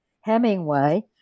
Hemingway